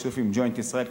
בשיתוף עם "ג'וינט ישראל",